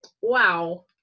wow